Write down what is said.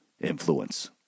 influence